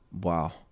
Wow